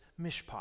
Mishpat